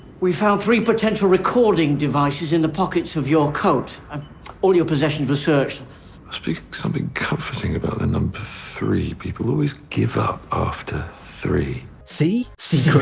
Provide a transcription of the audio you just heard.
we found three potential recording devices in the pockets of your coat and um all your possessions were searched. must be something comforting about the number three, people always give up after three. see?